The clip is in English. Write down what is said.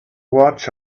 watch